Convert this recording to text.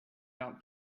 out